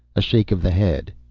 a shake of the head,